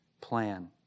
plan